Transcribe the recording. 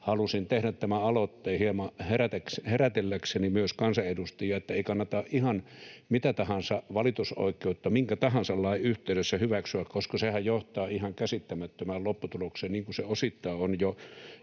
halusin tehdä tämä aloitteen hieman herätelläkseni myös kansanedustajia, että ei kannata ihan mitä tahansa valitusoikeutta minkä tahansa lain yhteydessä hyväksyä, koska sehän johtaa ihan käsittämättömään lopputulokseen, niin kuin se osittain on jo